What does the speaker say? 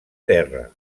terra